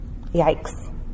Yikes